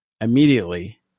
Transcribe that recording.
Immediately